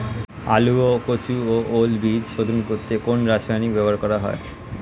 আলু ও কচু ও ওল বীজ শোধন করতে কোন রাসায়নিক ব্যবহার করা হয়?